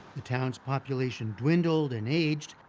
the town's population dwindled and aged.